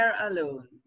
alone